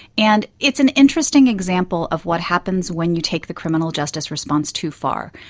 and it's an interesting example of what happens when you take the criminal justice response to far,